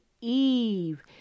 Eve